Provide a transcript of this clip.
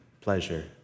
pleasure